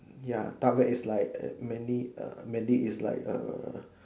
ya dark web is like err many err many is like err